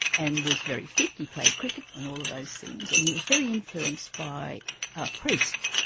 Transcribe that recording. and was very fit, he played cricket and all of those things, and he was very influenced by a priest.